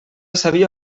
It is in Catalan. sabia